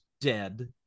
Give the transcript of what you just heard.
dead